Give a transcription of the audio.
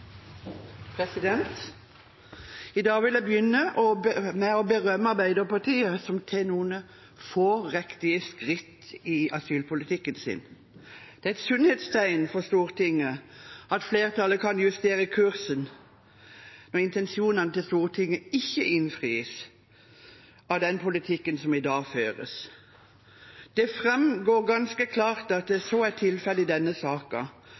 I dag vil jeg begynne med å berømme Arbeiderpartiet, som tar noen få, riktige skritt i asylpolitikken sin. Det er et sunnhetstegn for Stortinget at flertallet kan justere kursen når intensjonene til Stortinget ikke innfris av den politikken som i dag føres. Det framgår ganske klart at så er tilfellet i denne